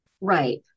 Right